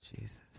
Jesus